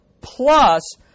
plus